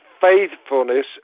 faithfulness